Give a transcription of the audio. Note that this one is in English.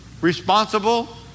responsible